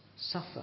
suffer